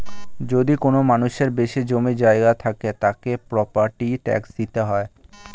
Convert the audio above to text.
যদি কোনো মানুষের বেশি জমি জায়গা থাকে, তাকে প্রপার্টি ট্যাক্স দিতে হয়